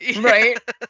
Right